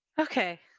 Okay